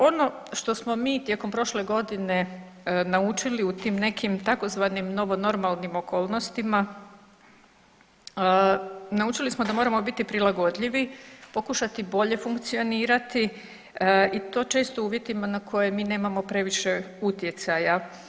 Ono što smo mi tijekom prošle godine naučili u tim nekim tzv. novo normalnim okolnostima, naučili smo da moramo biti prilagodljivi, pokušati bolje funkcionirati i to često u uvjetima na koje mi nemamo previše utjecaja.